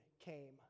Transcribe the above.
came